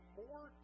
more